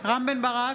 רם בן ברק,